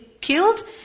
killed